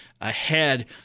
ahead